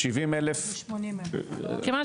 מעל